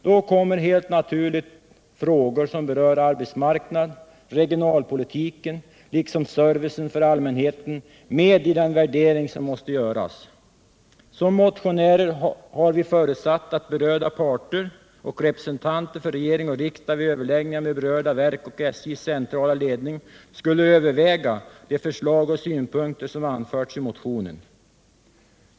Då kommer helt naturligt frågor som berör arbetsmarknadsoch regionalpolitiken liksom servicen för allmänheten med i den värdering som måste göras. Som motionärer har vi förutsatt att berörda parter och representanter för regering och riksdag vid överläggningar med berörda verk och SJ:s centrala ledning skulle överväga de förslag och synpunkter som anförts i motionen.